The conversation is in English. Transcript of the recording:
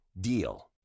DEAL